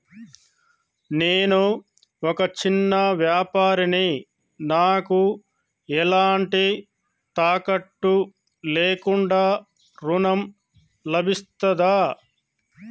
నేను ఒక చిన్న వ్యాపారిని నాకు ఎలాంటి తాకట్టు లేకుండా ఋణం లభిస్తదా?